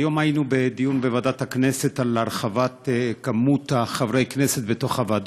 היום היינו בדיון בוועדת הכנסת על הגדלת מספר חברי הכנסת בוועדות.